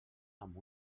amb